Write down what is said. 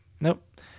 nope